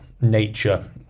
nature